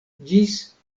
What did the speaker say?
ĝis